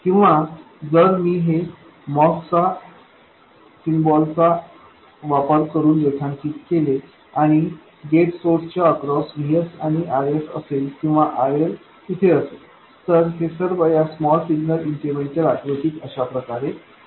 किंवा जर मी हे MOS सिम्बॉल चा वापर करून रेखांकित केले आणि गेट सोर्स च्या अक्रॉस Vs आणि Rs असेल आणि RL इथे असेल तर हे सर्व या स्मॉल सिग्नल इन्क्रिमेंटल आकृतीत अशाप्रकारे आहे